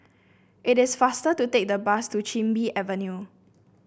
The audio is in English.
it is faster to take the bus to Chin Bee Avenue